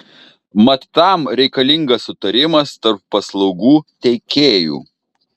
mat tam reikalingas sutarimas tarp paslaugų teikėjų